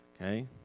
Okay